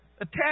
attack